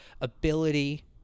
ability